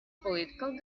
political